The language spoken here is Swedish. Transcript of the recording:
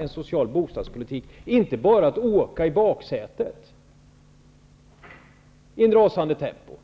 en social bostadspolitik -- att inte bara åka i baksätet i ett rasande tempo.